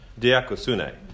Diakosune